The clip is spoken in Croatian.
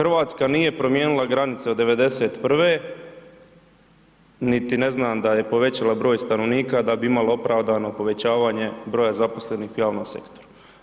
RH nije promijenila granice od 91, niti ne znam da je povećala broj stanovnika da bi imala opravdano povećavanje broja zaposlenih u javnom sektoru.